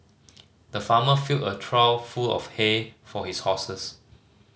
the farmer filled a trough full of hay for his horses